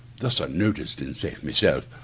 thus unnoticed and safe myself,